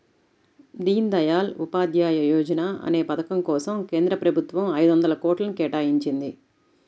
దీన్ దయాళ్ ఉపాధ్యాయ యోజనా అనే పథకం కోసం కేంద్ర ప్రభుత్వం ఐదొందల కోట్లను కేటాయించింది